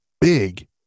big